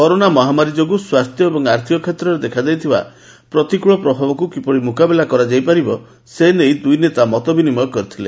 corona ମହାମାରୀ ଯୋଗୁଁ ସ୍ୱାସ୍ଥ୍ୟ ଏବଂ ଆର୍ଥିକ କ୍ଷେତ୍ରରେ ଦେଖାଦେଇଥିବା ପ୍ରତିକୂଳ ପ୍ରଭାବକୁ କିଭଳି ମୁକାବିଲା କରାଯାଇ ପାରିବ ସେ ନେଇ ଦୁଇ ନେତା ମତବିନିମୟ କରିଥିଲେ